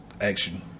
action